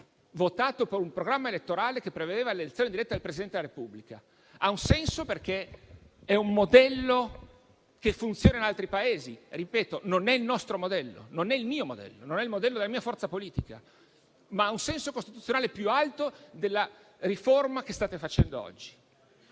votato per un programma elettorale che prevedeva l'elezione diretta del Presidente del Repubblica. Ha un senso perché è un modello che funziona in altri Paesi. Ripeto che non è il nostro modello, né il mio, né della mia forza politica, ma ha un senso costituzionale più alto della riforma che state facendo oggi.